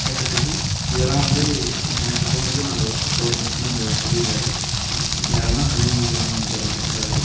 கேட்டத்துக்கு இதெல்லாம் வந்து எனக்கு தோணுது நான் அதை வச்சு போடுறேன் அப்புடினு வந்து அவரு சொல்லியிருக்காரு யாருன்னா கணித மேஜை ராமானுஜர் அவர் சொல்றார்